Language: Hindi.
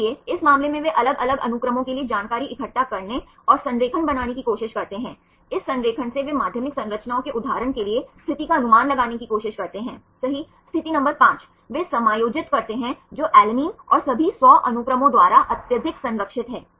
तो आपके पास अलग अलग माध्यमिक संरचनाएं हो सकती हैं और नियमित माध्यमिक संरचनाएं अल्फा हेलिसेस और बीटा शीट के साथ साथ टर्न और कॉइल के साथ सरलीकृत होती हैं